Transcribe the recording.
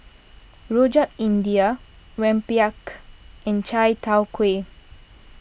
Rojak India Rempeyek and Chai Tow Kway